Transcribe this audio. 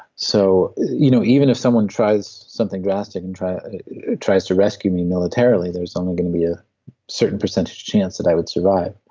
so you know even if someone tries something drastic, and tries tries to rescue me militarily there's only going to be a certain percentage of chance that i would survive,